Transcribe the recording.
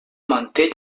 mantell